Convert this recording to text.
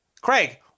craig